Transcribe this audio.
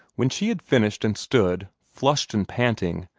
when she had finished, and stood, flushed and panting,